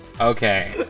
Okay